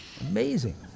Amazing